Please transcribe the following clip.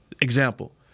Example